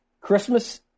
Christmas